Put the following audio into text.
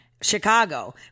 Chicago